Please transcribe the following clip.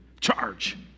Charge